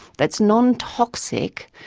that's non toxic,